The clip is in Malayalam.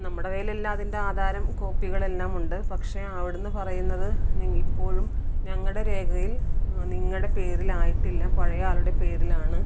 നമ്മുടെ കൈയിൽ അതിൻ്റെ ആധാരം കോപ്പികളെല്ലാമുണ്ട് പക്ഷെ അവിടെ നിന്ന് പറയുന്നത് ഇപ്പോഴും ഞങ്ങളുടെ രേഖയിൽ നിങ്ങളുടെ പേരിൽ ആയിട്ടില്ല പഴയ ആളുടെ പേരിലാണ്